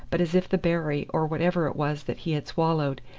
but as if the berry, or whatever it was that he had swallowed,